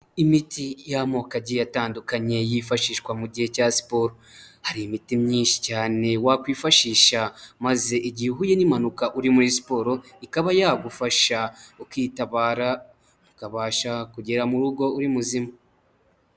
Imiti y'amoko agiye atandukanye yifashishwa mu gihe cya siporo, hari imiti myinshi cyane wakwifashisha maze igihe uhuye n'impanuka uri muri siporo ikaba yagufasha ukitabara, ukabasha kugera mu rugo uri muzima.